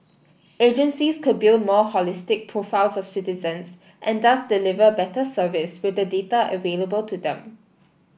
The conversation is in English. agencies could build more holistic profiles of citizens and thus deliver better service with the data available to them